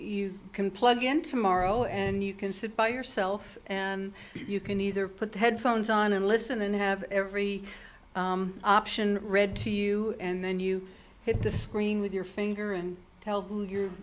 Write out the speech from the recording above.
they can plug in tomorrow and you can sit by yourself and you can either put the headphones on and listen and have every option read to you and then you hit the screen with your finger and tell who you're